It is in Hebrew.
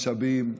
משאבים,